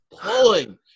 pulling